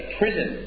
prison